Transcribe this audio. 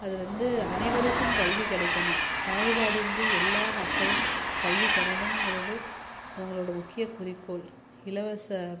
அது வந்து அனைவருக்கும் கல்வி கிடைக்கணும் பாகுபாடின்றி எல்லா மக்களும் கல்வி பிறணுங்கிறது அவங்களோடய முக்கியக்குறிக்கோள் இலவச